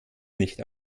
nicht